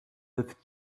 with